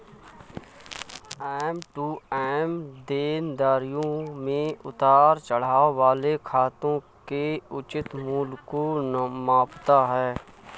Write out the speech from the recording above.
M to M देनदारियों में उतार चढ़ाव वाले खातों के उचित मूल्य को मापता है